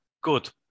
good